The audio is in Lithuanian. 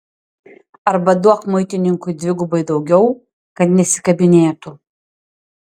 arba duok muitininkui dvigubai daugiau kad nesikabinėtų